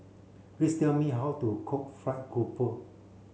please tell me how to cook fried grouper